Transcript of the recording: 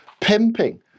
Pimping